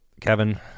Kevin